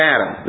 Adam